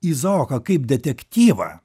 izaoką kaip detektyvą